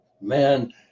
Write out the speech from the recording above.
Man